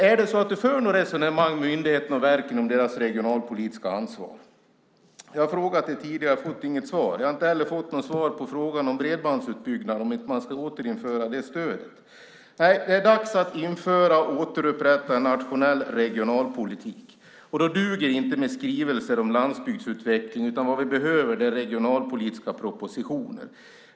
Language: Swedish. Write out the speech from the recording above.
För hon något resonemang med myndigheterna och verken om deras regionalpolitiska ansvar? Jag har frågat det tidigare, men inte fått något svar. Jag har inte heller fått svar på bredbandsutbyggnaden och om man ska återinföra stödet. Det är dags att införa och återupprätta en nationell regionalpolitik. Då duger det inte med skrivelser om landsbygdsutveckling. Vad vi behöver är regionalpolitiska propositioner.